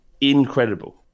incredible